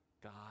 God